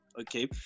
Okay